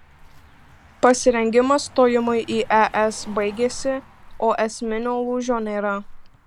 pasirengimas stojimui į es baigėsi o esminio lūžio nėra